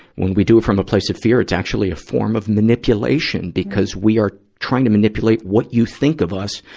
when we do it from a place of fear, it's actually a form of manipulation, because we are trying to manipulate what you think of us.